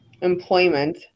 employment